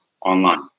online